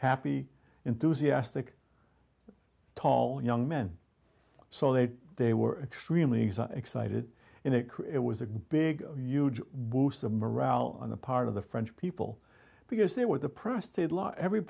happy enthusiastic tall young men so they they were extremely excited and they create it was a big huge boost the morale on the part of the french people because they were the